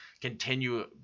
continue